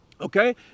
Okay